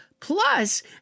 Plus